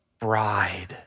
bride